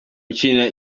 ukinira